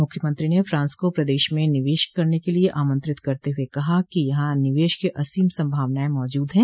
मुख्यमंत्री ने फ्रांस को प्रदेश में निवेश करने के लिये आमंत्रित करते हुए कहा कि यहां निवेश की असीम संभावनाएं मौज्द है